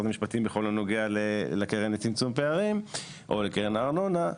המשפטים בכל הנוגע לקרן לצמצום פערים או לקרן הארנונה,